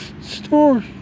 story